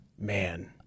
Man